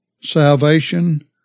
Salvation